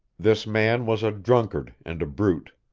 this man was a drunkard and a brute.